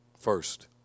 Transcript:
First